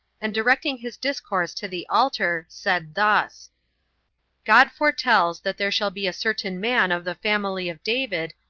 and directing his discourse to the altar, said thus god foretells that there shall be a certain man of the family of david,